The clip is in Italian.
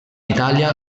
italia